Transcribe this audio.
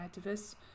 activists